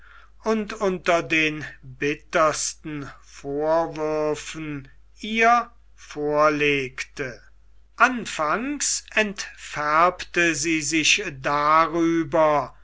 und unter den bittersten vorwürfen ihr vorlegte anfangs entfärbte sie sich darüber